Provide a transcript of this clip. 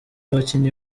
abakinnyi